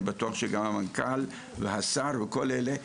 אני בטוח שגם המנכ"ל והשר וכולם.